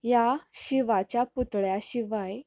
ह्या शिवाच्या पुतळ्या शिवाय